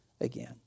again